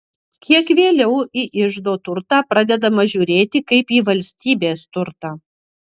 kiek vėliau į iždo turtą pradedama žiūrėti kaip į valstybės turtą